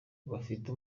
bafite